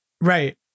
Right